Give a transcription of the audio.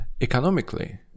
economically